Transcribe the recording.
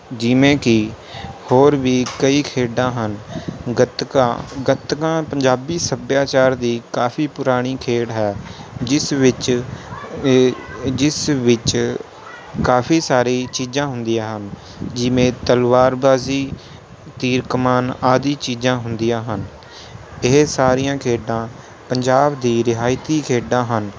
ਜਿਵੇਂ ਕੀ ਹੋਰ ਵੀ ਕਈ ਖੇਡਾਂ ਹਨ ਗਤਕਾ ਗਤਕਾ ਪੰਜਾਬੀ ਸੱਭਿਆਚਾਰ ਦੀ ਕਾਫੀ ਪੁਰਾਣੀ ਖੇਡ ਹੈ ਜਿਸ ਵਿੱਚ ਜਿਸ ਵਿੱਚ ਕਾਫੀ ਸਾਰੀ ਚੀਜ਼ਾਂ ਹੁੰਦੀਆਂ ਹਨ ਜਿਵੇਂ ਤਲਵਾਰਬਾਜ਼ੀ ਤੀਰ ਕਮਾਨ ਆਦਿ ਚੀਜ਼ਾਂ ਹੁੰਦੀਆਂ ਹਨ ਇਹ ਸਾਰੀਆਂ ਖੇਡਾਂ ਪੰਜਾਬ ਦੀ ਰਵਾਇਤੀ ਖੇਡਾਂ ਹਨ